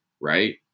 right